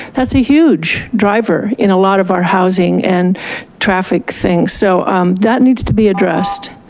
that's a huge driver in a lot of our housing and traffic things, so that needs to be addressed.